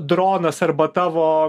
dronas arba tavo